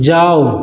जाउ